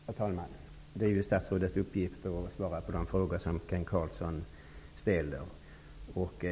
Herr talman! Det är ju statsrådets uppgift att svara på de frågor som Kent Carlsson ställer.